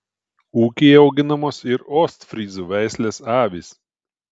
ūkyje auginamos ir ostfryzų veislės avys